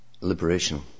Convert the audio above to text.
liberation